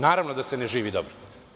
Naravno da se ne živi dobro.